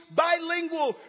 bilingual